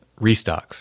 restocks